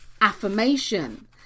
affirmation